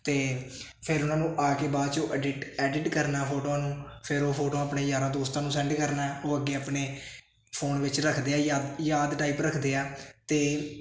ਅਤੇ ਫਿਰ ਉਹਨਾਂ ਨੂੰ ਆ ਕੇ ਬਾਅਦ ਚੋਂ ਐਡਿਟ ਐਡਿਟ ਕਰਨਾ ਫੋਟੋਆਂ ਨੂੰ ਫਿਰ ਉਹ ਫੋਟੋਆਂ ਆਪਣੇ ਯਾਰਾਂ ਦੋਸਤਾਂ ਨੂੰ ਸੈਂਡ ਕਰਨਾ ਉਹ ਅੱਗੇ ਆਪਣੇ ਫੋਨ ਵਿੱਚ ਰੱਖਦੇ ਹਾਂ ਯਾ ਯਾਦ ਟਾਈਪ ਰੱਖਦੇ ਆ ਅਤੇ